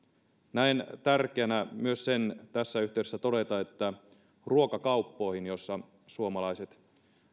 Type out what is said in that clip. näen tärkeänä todeta tässä yhteydessä myös sen että ruokakauppoihin joissa suomalaiset